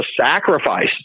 sacrifice